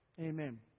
Amen